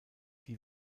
die